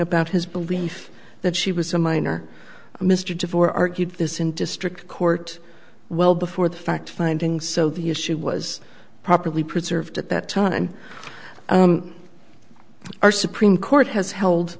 about his belief that she was a minor mr de vore argued this in district court well before the fact finding so the issue was properly preserved at that time our supreme court has held